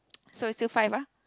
so it's still five ah